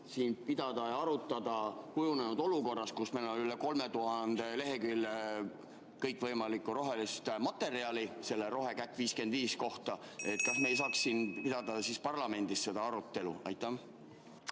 ise pidada arutelu. Kujunenud on olukord, kus meil on üle 3000 lehekülje kõikvõimalikku rohelist materjali selle rohekäkk-55 kohta. Kas me ei saaks pidada siin parlamendis seda arutelu? Tänan,